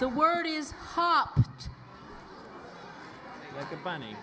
the word is hot the bunny